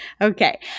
Okay